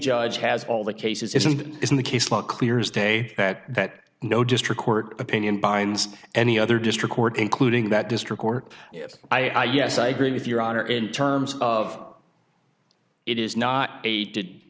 judge has all the cases it isn't the case law clear as day that that no district court opinion binds any other district court including that district court i yes i agree with your honor in terms of it is not a did